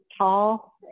tall